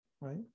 right